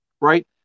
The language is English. right